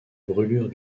brûlures